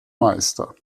meister